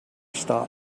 stop